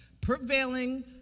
prevailing